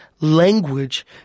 language